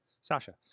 Sasha